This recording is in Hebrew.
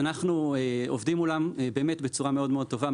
אנחנו עובדים מולם בצורה מאוד טובה,